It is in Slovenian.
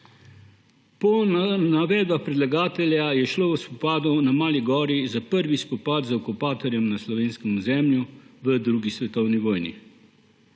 Po navedbah predlagatelja je šlo v spopadu na Mali gori za prvi spopad z okupatorjem na slovenskem ozemlju v 2. svetovni vojni.